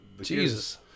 Jesus